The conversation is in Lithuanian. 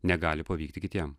negali pavykti kitiem